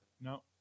No